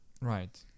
right